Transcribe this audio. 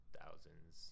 thousands